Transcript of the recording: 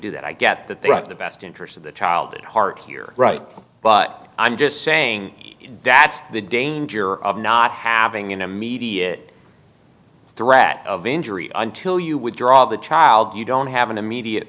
do that i get that they want the best interest of the child at heart here right but i'm just saying that's the danger of not having an immediate threat of injury until you withdraw the child you don't have an immediate